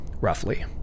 roughly